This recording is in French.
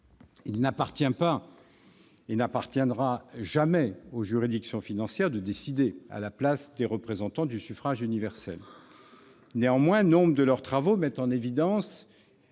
il n'appartient pas et n'appartiendra jamais aux juridictions financières de décider à la place des représentants du suffrage universel. Néanmoins, nombre de leurs travaux mettent en évidence